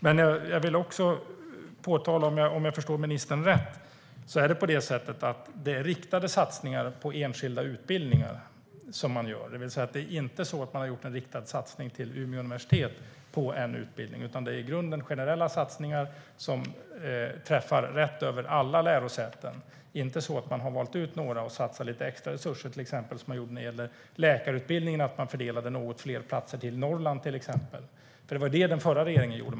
Men om jag förstår ministern rätt är det riktade satsningar på enskilda utbildningar som man gör. Man har alltså inte gjort en riktad satsning till Umeå universitet på en utbildning, utan det är i grunden generella satsningar som träffar rätt över alla lärosäten. Det är inte så att man har valt ut några och satsar lite extra resurser, som man till exempel gjorde när det gällde läkarutbildningen. Man fördelade då något fler platser till Norrland, till exempel. Det var det som den förra regeringen gjorde.